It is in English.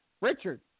Richard